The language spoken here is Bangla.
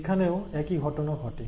এখানেও একই ঘটনা ঘটে